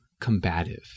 combative